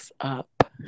up